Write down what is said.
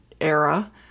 era